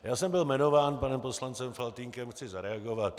Já jsem byl jmenován panem poslancem Faltýnkem, chci zareagovat.